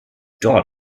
dort